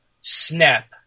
snap